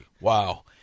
Wow